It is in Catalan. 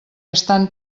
estan